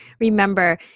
remember